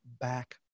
back